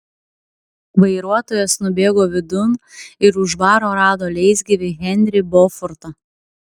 vairuotojas nubėgo vidun ir už baro rado leisgyvį henrį bofortą